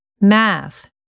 Math